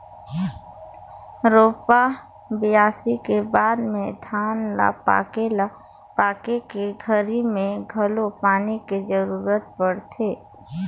रोपा, बियासी के बाद में धान ल पाके ल पाके के घरी मे घलो पानी के जरूरत परथे